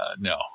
No